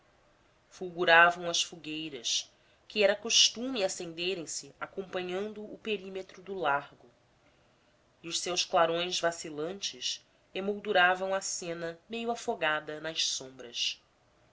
fulguravam as fogueiras que era costume acenderem se acompanhando o perímetro do largo e os seus clarões vacilantes emolduravam a cena meio afogada nas sombras